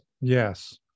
Yes